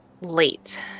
late